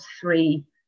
three